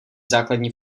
základní